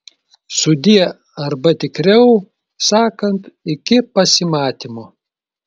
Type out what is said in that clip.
sudie arba tikriau sakant iki pasimatymo